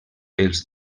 els